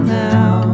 now